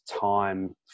time